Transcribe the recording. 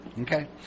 Okay